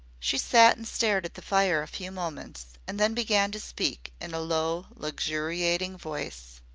she sat and stared at the fire a few moments, and then began to speak in a low luxuriating voice.